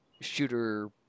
shooter